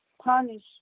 Punish